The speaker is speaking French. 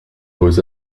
beaux